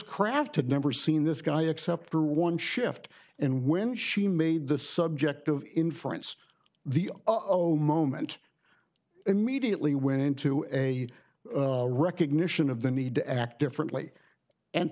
craft had never seen this guy except for one shift and when she made the subject of inference the oh moment immediately went into a recognition of the need to act differently